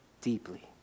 deeply